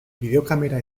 bideokamera